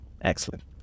Excellent